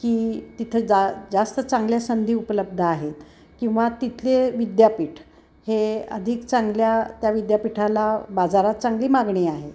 की तिथं जा जास्त चांगल्या संधी उपलब्ध आहेत किंवा तिथले विद्यापीठ हे अधिक चांगल्या त्या विद्यापीठाला बाजारात चांगली मागणी आहे